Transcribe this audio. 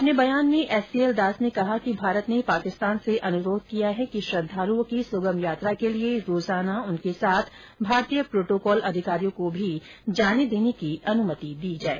अपने बयान में एस सी एल दास ने कहा कि भारत ने पाकिस्तान से अनुरोध किया है कि श्रद्वालुओं की सुगम यात्रा के लिए प्रतिदिन उनके साथ भारतीय प्रोटोकॉल अधिकारियों को भी जाने देने की अनुमति दी जाए